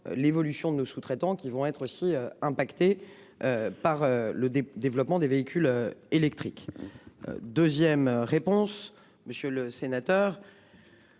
l'évolution de nos sous-traitants qui vont être aussi impacté. Par le développement des véhicules électriques. 2ème réponse monsieur le sénateur.